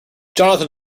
johnathan